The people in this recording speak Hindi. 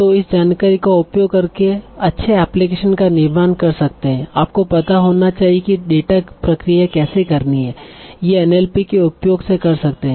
तो इस जानकारी का उपयोग करके कुछ अच्छे एप्लीकेशन का निर्माण कर सकते है आपको पता होना चाहिए कि डेटा प्रक्रिया कैसे करनी है यह एनएलपी के उपयोग से कर सकते है